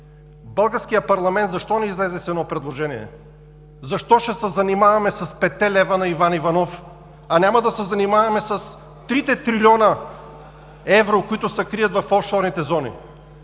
Българският парламент защо не излезе с предложение? Защо ще се занимаваме с петте лева на Иван Иванов, а няма да се занимаваме с трите трилиона евро, които се крият в офшорните зони?